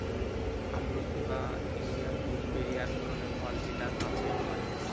আমলকি বা Indian gooseberry এক ধরনের ফল যেটা গাছে হয়